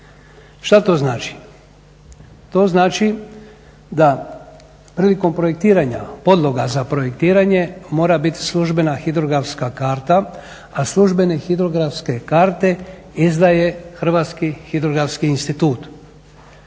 Šta to znači? to znači da prilikom projektiranja podloga za projektiranje mora biti službena hidrografska karta, a službene hidrografske karte izdaje Hrvatski hidrografski institut.